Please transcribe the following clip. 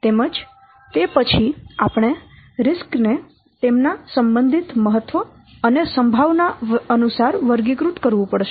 તેમજ તે પછી આપણે જોખમો ને તેમના સંબંધિત મહત્વ અને સંભાવના અનુસાર વર્ગીકૃત કરવું પડશે